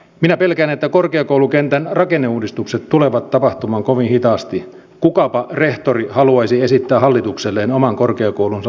minä pelkään että korkeakoulukentän rakenneuudistukset tulevat tapahtumaan kovin hitaasti kuka on rehtori haluaisi esittää hallitukselleen oman korkeakoulunsa